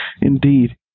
indeed